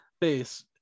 base